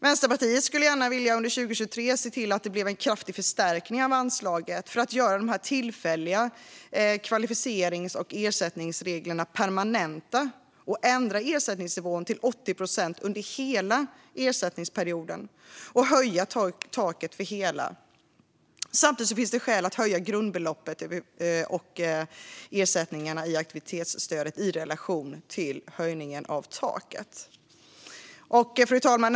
Under 2023 vill Vänsterpartiet gärna se en kraftig förstärkning av anslaget för att göra de tillfälliga kvalificerings och ersättningsreglerna permanenta, ändra ersättningsnivån till 80 procent under hela ersättningsperioden och höja taket för hela ersättningsperioden. Samtidigt finns det skäl att höja grundbeloppet och ersättningarna i aktivitetsstödet i relation till höjningen av taket. Fru talman!